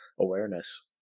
awareness